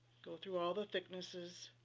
go through all the thicknesses,